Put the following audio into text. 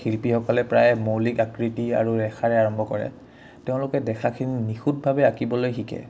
শিল্পীসকলে প্ৰায় মৌলিক আকৃতি আৰু ৰেখাৰে আৰম্ভ কৰে তেওঁলোকে দেখাখিনি নিখুতভাৱে আঁকিবলৈ শিকে